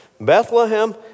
Bethlehem